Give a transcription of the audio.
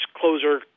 closer